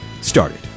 started